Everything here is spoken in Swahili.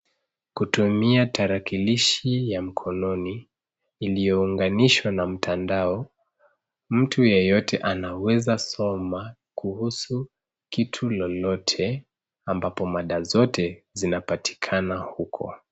Kutumia tarakilishi ya mkononi, iliyounganishwa na mtandao, mtu yeyote anaweza soma kuhusu kitu lolote , ambapo mada zote zinapatikana huko.